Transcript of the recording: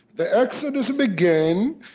the exodus began,